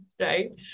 Right